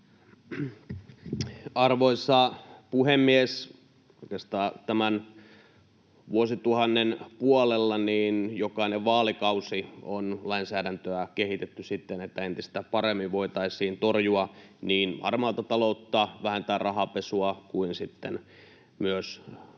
Arvoisa puhemies! Oikeastaan tämän vuosituhannen puolella jokaisella vaalikaudella on lainsäädäntöä kehitetty siten, että entistä paremmin voitaisiin niin torjua harmaata taloutta, vähentää rahanpesua kuin sitten